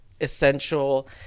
essential